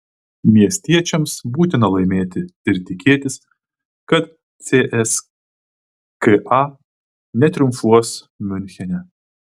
miestiečiams būtina laimėti ir tikėtis kad cska netriumfuos miunchene